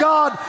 God